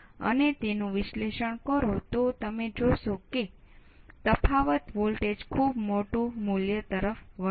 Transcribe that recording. તેથી આ તબક્કે વોલ્ટેજ હોવું જોઈએ